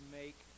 make